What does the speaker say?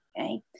okay